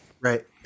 Right